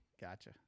Gotcha